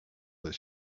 that